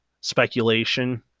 speculation